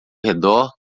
redor